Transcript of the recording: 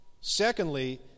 Secondly